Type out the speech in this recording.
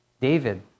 David